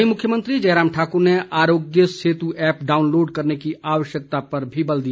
वहीं मुख्यमंत्री जयराम ठाकुर ने आरोग्य सेतु ऐप डाउनलोड करने की आवश्यकता पर भी बल दिया